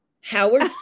Howard